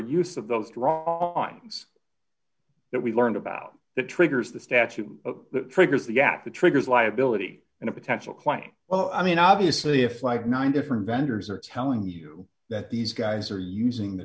use of those drawings that we learned about the triggers the statute triggers the act the triggers liability and a potential quite well i mean obviously if like nine different vendors are telling you that these guys are using the